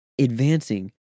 advancing